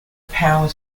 power